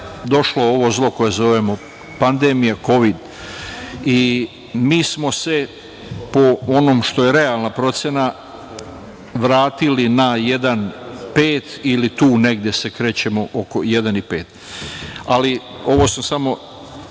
došlo ovo zlo koje zovemo pandemija Kovid i mi smo se, po onom što je realna procena, vratili na 1,5 ili tu negde se krećemo oko 1,5.Ovo sam samo